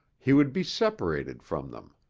he would be separated from them.